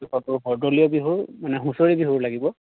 স দলীয় বিহু মানে হুঁচৰি বিহু লাগিব